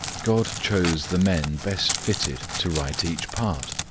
god chose the men best fitted to write each part.